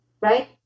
right